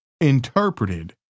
interpreted